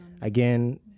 again